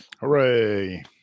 hooray